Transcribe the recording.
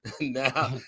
Now